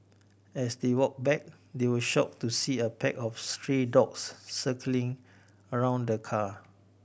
as they walked back they were shocked to see a pack of stray dogs circling around the car